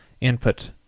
input